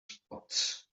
spots